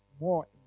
more